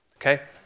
Okay